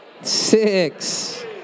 six